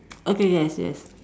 okay yes yes